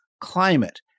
climate